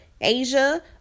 Asia